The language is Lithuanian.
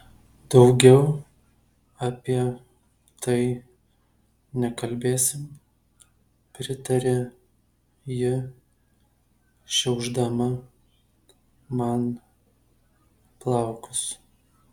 daugiau apie tai nekalbėsim pritarė ji šiaušdama man plaukus